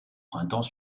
printemps